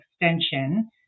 extension